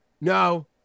No